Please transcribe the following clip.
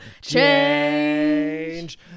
change